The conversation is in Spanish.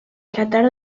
tratar